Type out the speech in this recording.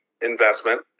investment